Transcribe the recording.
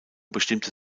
bestimmte